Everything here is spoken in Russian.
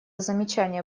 замечания